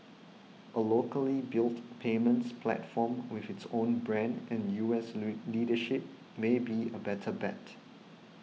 a locally built payments platform with its own brand and U S leadership may be a better bet